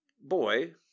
boy